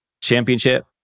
Championship